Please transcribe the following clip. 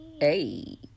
Hey